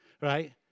right